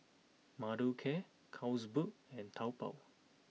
Mothercare Carlsberg and Taobao